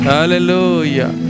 Hallelujah